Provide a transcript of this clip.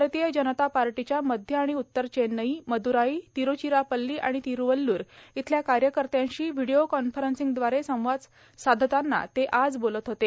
भारतीय जनता पार्टीच्या मध्य आणि उत्तर चेन्नई मदुराई तिरूचिरापल्ली आणि तिरूवल्लूर इथल्या कार्यकत्र्यांषी व्हिडिओ कॉन्फरन्ससिंगद्वारे संवाद साधतांना ते आज बोलत होते